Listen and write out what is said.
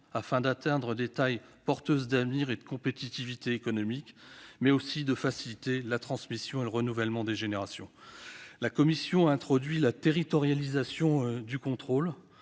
afin d'atteindre des tailles porteuses d'avenir et de compétitivité économique, mais aussi faciliter la transmission et le renouvellement des générations. La commission a instauré la territorialisation du contrôle